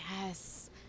yes